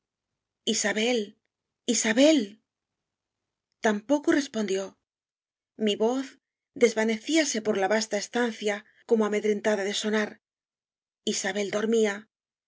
isabel isabel tampoco respondió mi voz desvanecíase por la vasta estancia como amedrentada de sonar isabel dormía